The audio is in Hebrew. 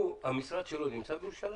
הוא, המשרד שלו נמצא בירושלים?